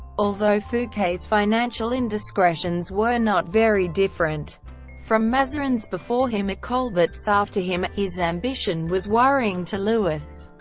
although fouquet's financial indiscretions were not very different from mazarin's before him or colbert's after him, his ambition was worrying to louis.